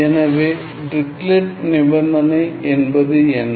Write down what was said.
எனவே டிரிக்லெட் நிபந்தனை என்பது என்ன